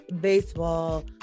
baseball